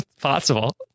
possible